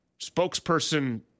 spokesperson